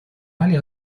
highly